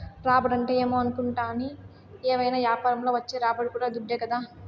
రాబడంటే ఏమో అనుకుంటాని, ఏవైనా యాపారంల వచ్చే రాబడి కూడా దుడ్డే కదా